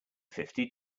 fifty